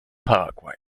paraguay